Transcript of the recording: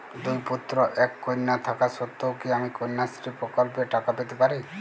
দুই পুত্র এক কন্যা থাকা সত্ত্বেও কি আমি কন্যাশ্রী প্রকল্পে টাকা পেতে পারি?